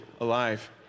alive